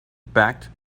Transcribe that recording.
backed